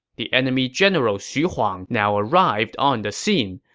the enemy general xu huang now arrived on the scene,